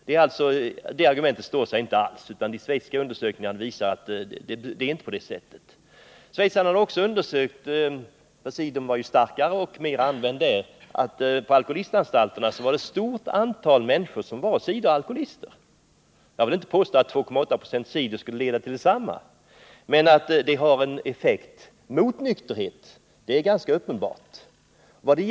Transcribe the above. Det argumentet står sig alltså inte alls. De schweiziska undersökningarna visar att det inte är på det sättet. I Schweiz är cidern starkare och mera använd. På alkoholistanstalterna där finns ett stort antal människor som är cideralkoholister. Jag vill inte påstå att cider med 2,8 90 alkoholhalt skulle leda till detsamma. Men att det har en effekt som strider mot nykterhetsintresset är ganska uppenbart.